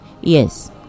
Yes